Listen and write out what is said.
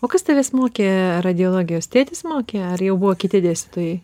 o kas tavęs mokė radiologijos tėtis mokė ar jau buvo kiti dėstytojai